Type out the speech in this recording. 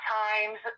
times